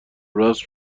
راست